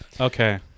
Okay